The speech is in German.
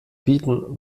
bieten